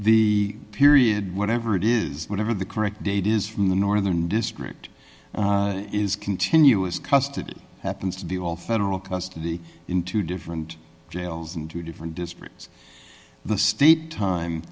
the period whatever it is whatever the correct date is from the northern district is continuous custody happens to be all federal custody in two different jails in two different districts the state time